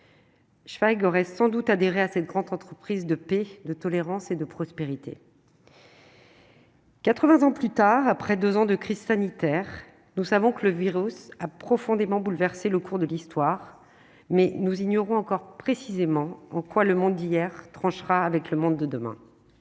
pas, il aurait sans doute adhérer à cette grande entreprise de paix, de tolérance et de prospérité. 80 ans plus tard, après 2 ans de crise sanitaire, nous savons que le virus a profondément bouleversé le cours de l'histoire, mais nous ignorons encore précisément en quoi le monde hier tranchera avec le monde de demain